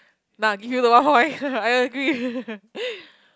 nah give you the one point I agree